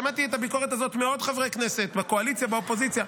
שמעתי את הביקורת הזאת מעוד חברי כנסת בקואליציה ובאופוזיציה,